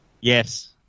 Yes